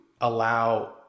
allow